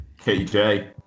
KJ